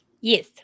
Yes